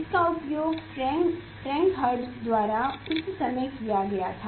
इसका उपयोग Franck Hertz द्वारा उस समय किया गया था